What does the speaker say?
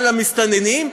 על המסתננים,